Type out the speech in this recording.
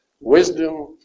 Wisdom